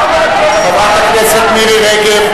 חברת הכנסת מירי רגב.